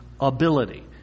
ability